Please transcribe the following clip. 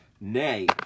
Nay